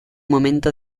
momento